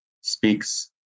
speaks